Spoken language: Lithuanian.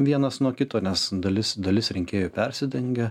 vienas nuo kito nes dalis dalis rinkėjų persidengia